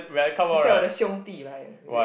我叫我的兄弟来 ah is it